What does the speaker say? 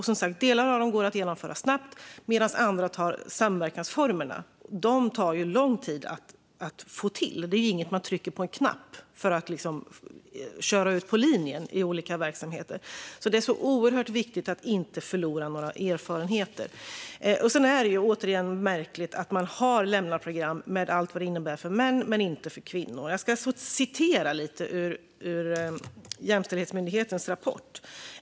Delar av dem kan genomföras snabbt medan andra samverkansformer tar lång tid att få till. Det är inte något där man trycker på en knapp för att köra ut på linjen i olika verksamheter. Det är så oerhört viktigt att inte förlora några erfarenheter. Det är återigen märkligt att det finns lämnaprogram med allt vad det innebär för män men inte för kvinnor. Jag ska återge lite ur Jämställdhetsmyndighetens rapport.